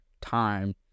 time